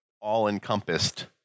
all-encompassed